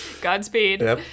Godspeed